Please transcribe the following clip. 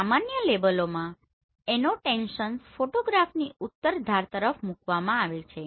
સામાન્ય લેબલોમાં એનોટેશંસ ફોટોગ્રાફની ઉત્તર ધાર તરફ મૂકવામાં આવે છે